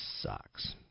sucks